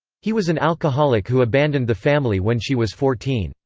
he was an alcoholic who abandoned the family when she was fourteen,